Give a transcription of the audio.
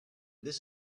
this